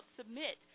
submit